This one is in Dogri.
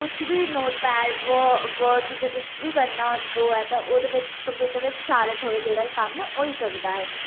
कुछ बी नोटपैड व वर्ड तुसें किश बी करना होऐ तां ओह्दे बिच्च कम्प्यूटर बिच्च सारा थुआढ़ा जेह्ड़ा कम्म ऐ होई सकदा ऐ